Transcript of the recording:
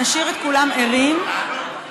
נשאיר את כולם ערים ונתכונן,